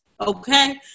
okay